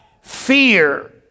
fear